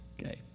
Okay